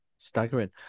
Staggering